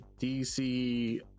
dc